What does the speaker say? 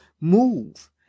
move